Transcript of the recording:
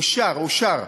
אושר, אושר.